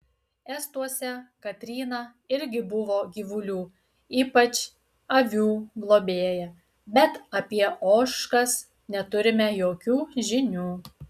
estuose katryna irgi buvo gyvulių ypač avių globėja bet apie ožkas neturime jokių žinių